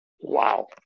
Wow